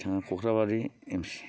बिथाङा खख्लाबारि एम सि